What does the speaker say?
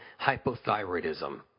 hypothyroidism